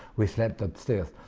we slept upstairs.